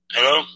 Hello